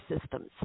systems